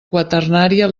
quaternària